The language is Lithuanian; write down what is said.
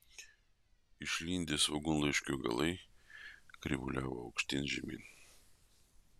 išlindę svogūnlaiškio galai krivuliavo aukštyn žemyn